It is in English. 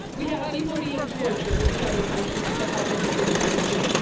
we have people being tortured in other countries with the help of his information.